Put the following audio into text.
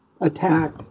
attack